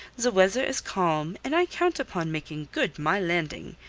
the weather is calm, and i count upon making good my landing.